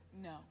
No